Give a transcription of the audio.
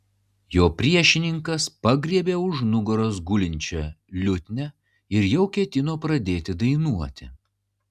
jo priešininkas pagriebė už nugaros gulinčią liutnią ir jau ketino pradėti dainuoti